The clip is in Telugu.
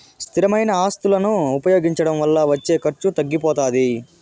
స్థిరమైన ఆస్తులను ఉపయోగించడం వల్ల వచ్చే ఖర్చు తగ్గిపోతాది